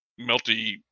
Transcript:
melty